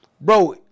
Bro